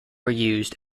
reused